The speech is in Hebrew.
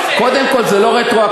קודם כול זה לא רטרואקטיבית.